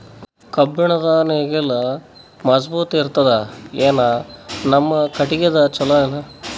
ಕಬ್ಬುಣದ್ ನೇಗಿಲ್ ಮಜಬೂತ ಇರತದಾ, ಏನ ನಮ್ಮ ಕಟಗಿದೇ ಚಲೋನಾ?